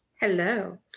Hello